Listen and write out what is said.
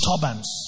Disturbance